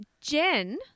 Jen